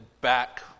back